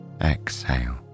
exhale